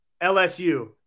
LSU